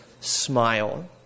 smile